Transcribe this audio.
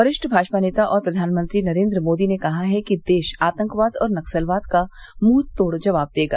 वरिष्ठ भाजपा नेता और प्रधानमंत्री नरेन्द्र मोदी ने कहा है कि देश आतंकवाद और नक्सलवाद का मुंहतोड़ जवाब देगा